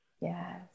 yes